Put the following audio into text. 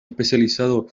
especializado